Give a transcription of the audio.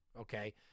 okay